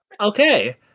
Okay